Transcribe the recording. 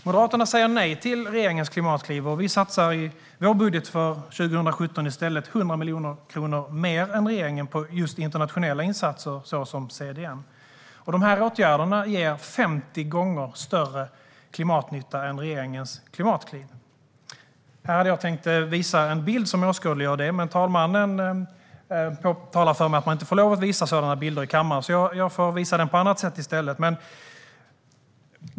Moderaterna säger nej till regeringens klimatkliv, och vi satsar i vår budget för 2017 i stället 100 miljoner kronor mer än regeringen på just internationella insatser såsom CDM. De här åtgärderna ger 50 gånger större klimatnytta än regeringens klimatkliv. Jag tänkte visa en bild som åskådliggör det, men talmannen talade om för mig att man inte får lov att visa sådana bilder i kammaren, så jag får beskriva den i stället.